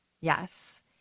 Yes